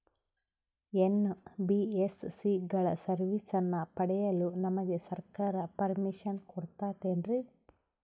NBSC ಗಳ ಸರ್ವಿಸನ್ನ ಪಡಿಯಲು ನಮಗೆ ಸರ್ಕಾರ ಪರ್ಮಿಷನ್ ಕೊಡ್ತಾತೇನ್ರೀ?